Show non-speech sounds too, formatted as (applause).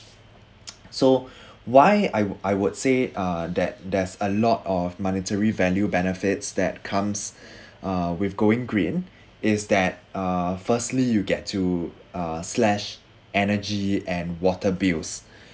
(noise) so (breath) why I would I would say uh that there's a lot of monetary value benefits that comes (breath) uh with going green is that uh firstly you get to uh slash energy and water bills (breath)